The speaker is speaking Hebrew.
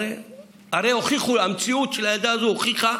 הרי המציאות של הילדה הזאת הוכיחה